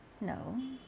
No